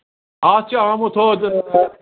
اَتھ چھِ آمُت ہُہ